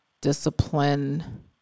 discipline